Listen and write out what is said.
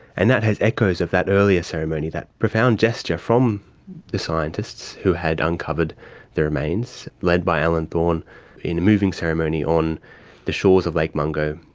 and that has echoes of that earlier ceremony, that profound gesture from the scientists who had uncovered the remains led by alan thorne in a moving ceremony on the shores of lake mungo,